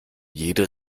jede